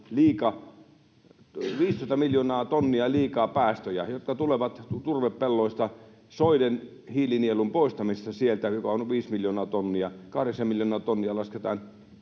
liikaa päästöjä, jotka tulevat turvepelloista, soiden hiilinielun poistamisesta, joka on viisi miljoonaa tonnia, kahdeksan miljoonaa tonnia lasketaan